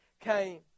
came